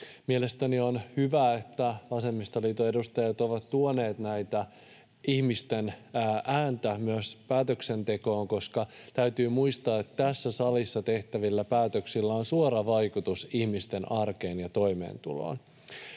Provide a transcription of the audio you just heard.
Mielestäni on hyvä, että vasemmistoliiton edustajat ovat tuoneet ihmisten ääntä myös päätöksentekoon, koska täytyy muistaa, että tässä salissa tehtävillä päätöksillä on suora vaikutus ihmisten arkeen ja toimeentuloon.